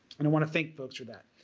and i want to thank folks for that.